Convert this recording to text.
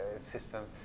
system